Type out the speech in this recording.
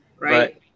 Right